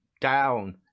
down